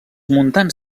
muntants